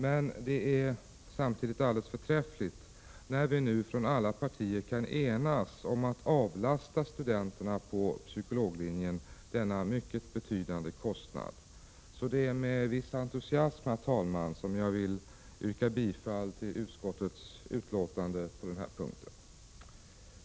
Men det är samtidigt alldeles förträffligt att alla partier nu kan enas om att avlasta studenterna på psykologlinjen denna mycket betydande kostnad. Det är därför med viss entusiasm, herr talman, som jag yrkar bifall till utskottets hemställan på denna punkt.